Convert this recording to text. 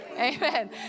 Amen